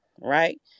right